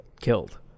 killed